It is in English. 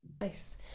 Nice